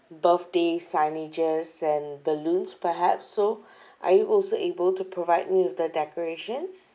birthday signages and balloons perhaps so are you also able to provide me with the decorations